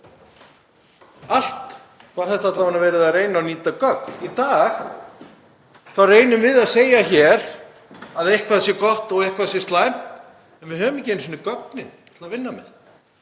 Alla vega var verið að reyna að nýta gögn. Í dag þá reynum við að segja hér að eitthvað sé gott og að eitthvað sé slæmt en við höfum ekki einu sinni gögn til að vinna með.